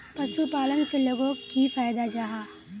पशुपालन से लोगोक की फायदा जाहा?